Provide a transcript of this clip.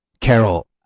Carol